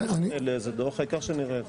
לנו זה לא משנה איזה דו"ח, העיקר שנראה.